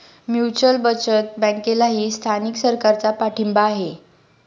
mutual बचत बँकेलाही स्थानिक सरकारचा पाठिंबा आहे